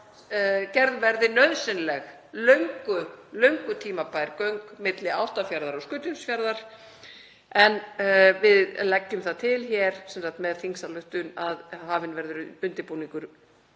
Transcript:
gerð verði nauðsynleg og löngu tímabær göng milli Álftafjarðar og Skutulsfjarðar, en við leggjum það til hér sem sagt með þingsályktunartillögu að hafinn verði undirbúningur